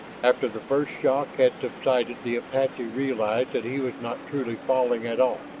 after the first shock had subsided the apache realized that he was not truly falling at all.